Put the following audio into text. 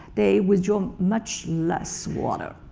they withdraw much less water.